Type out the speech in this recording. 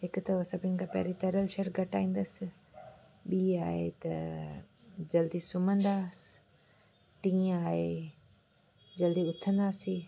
हिकु त सभिनी खां पहिरीं तरियल शइ घटाईंदसि ॿीं आहे त जल्दी सुम्हंदासीं टी आहे जल्दी उथंदासी